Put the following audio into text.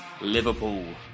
Liverpool